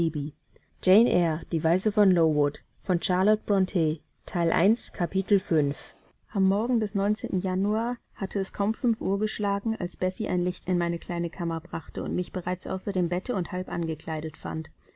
am morgen des januar hatte es kaum fünf uhr geschlagen als bessie ein licht in meine kleine kammer brachte und mich bereits außer dem bette und halb angekleidet fand